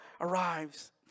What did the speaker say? arrives